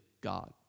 God